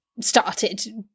started